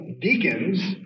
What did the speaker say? deacons